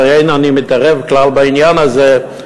ואין אני מתערב כלל בעניין הזה,